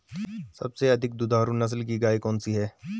सबसे अधिक दुधारू नस्ल की गाय कौन सी है?